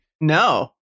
No